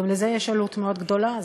גם לזה יש עלות גדולה מאוד.